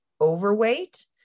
overweight